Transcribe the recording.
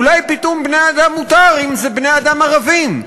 אולי פיטום בני-אדם מותר אם אלה בני-אדם ערבים.